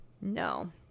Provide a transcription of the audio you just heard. No